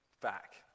back